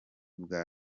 bwa